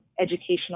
educational